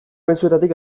mezuetatik